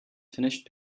finished